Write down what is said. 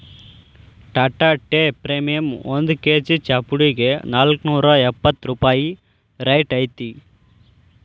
Tata tea premium ಒಂದ್ KG ಚಾಪುಡಿಗೆ ನಾಲ್ಕ್ನೂರಾ ಎಪ್ಪತ್ ರೂಪಾಯಿ ರೈಟ್ ಐತಿ